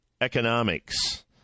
Economics